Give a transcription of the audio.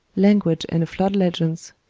language and flood legends,